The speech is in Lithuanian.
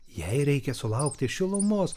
jai reikia sulaukti šilumos